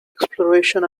exploration